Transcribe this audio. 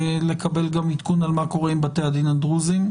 לקבל גם עדכון על מה קורה עם בתי הדין הדרוזים.